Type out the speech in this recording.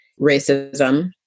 racism